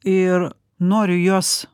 ir noriu juos